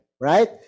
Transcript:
right